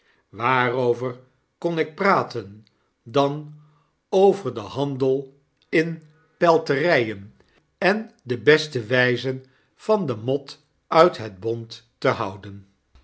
waarover kon ik praten dan over den hanjuffrouw lirkiper en haee commensalen del in pelterijen en de beste wijzen van de mot uit het bont te houden